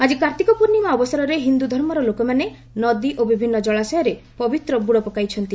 ଆଜି କାର୍ତ୍ତିକ ପୂର୍ଣ୍ଣିମା ଅବସରରେ ହିନ୍ଦୁଧର୍ମର ଲୋକମାନେ ନଦୀ ଓ ବିଭିନ୍ନ କଳାଶୟରେ ପବିତ୍ର ବୁଡ଼ ପକାଇଛନ୍ତି